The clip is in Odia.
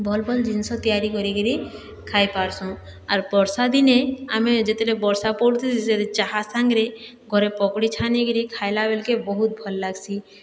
ଭଲ୍ ଭଲ୍ ଜିନିଷ ତିଆରି କରିକିରି ଖାଇ ପାରସୁଁ ଆର୍ ବର୍ଷା ଦିନେ ଆମେ ଯେତେବେଳେ ବର୍ଷା ପଡ଼ୁ ଚାହା ସାଙ୍ଗରେ ଘରେ ପକୁଡ଼ି ଛାନିକିରି ଖାଇଲା ବେଲ୍କେ ବହୁତ ଭଲ୍ ଲାଗ୍ସି